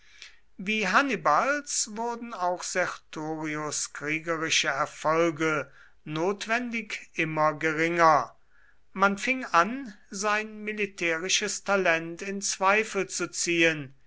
wie hannibals wurden auch sertorius kriegerische erfolge notwendig immer geringer man fing an sein militärisches talent in zweifel zu ziehen